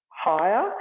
higher